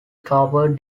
towers